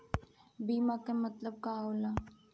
बीमा के मतलब का होला?